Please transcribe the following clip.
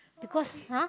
because !huh!